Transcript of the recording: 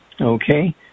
Okay